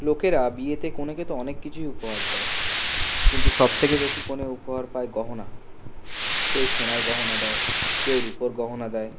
লোকেরা বিয়েতে কনেকে তো অনেক কিছুই উপহার দেয় কিন্তু সবথেকে বেশি কনে উপহার পায় গহনা কেউ সোনার গহনা দেয় কেউ রুপোর গহনা দেয়